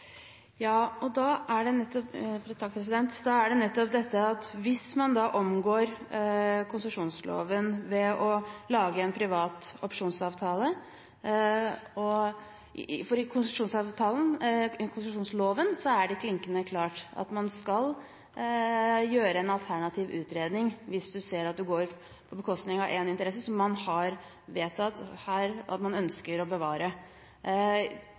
Man omgår jo konsesjonsloven ved å lage en privat opsjonsavtale, for ifølge konsesjonsloven er det klinkende klart at man skal gjøre en alternativ utredning hvis man ser at det går på bekostning av én interesse – som man har vedtatt her at man ønsker å bevare.